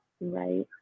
Right